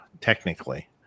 technically